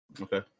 Okay